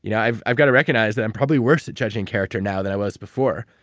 you know i've i've got to recognize that i'm probably worse at judging character now than i was before.